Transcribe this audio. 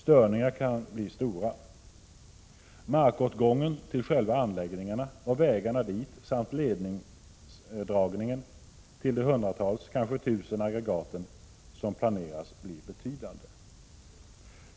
Störningarna kan bli stora. Markåtgången till själva anläggningen och vägarna dit samt ledningsdragningen till de hundratals, kanske tusen aggregat som planeras blir betydande.